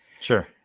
Sure